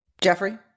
Jeffrey